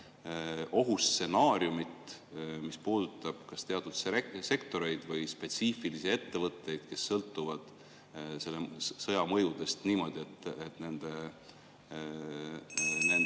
ohustsenaariumit, mis puudutaks kas teatud sektoreid või spetsiifilisi ettevõtteid, kes sõltuvad selle sõja mõjudest niimoodi, et nende